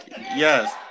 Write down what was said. Yes